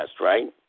right